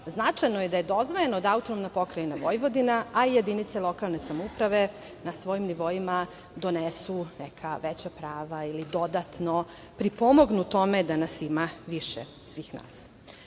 značajno je da je dozvoljeno da AP Vojvodina, a i jedinice lokalne samouprave na svojim nivoima donesu neka veća prava ili dodatno pripomognu tome da nas ima više, svih nas. Kada